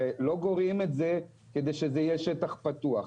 הרי לא גורעים את זה כדי שזה יהיה שטח פתוח.